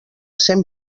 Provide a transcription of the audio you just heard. cent